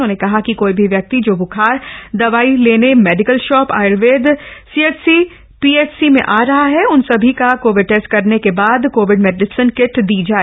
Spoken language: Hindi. उन्होंने कहा कि कोई भी व्यक्ति जो बुखार की दवाई लेने medical shop Ayurveda CHC PHC में आ रहें है उन सभी का कोविड टेस्ट कराने के बाद कोविड मेडिसन किट दी जाय